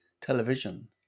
television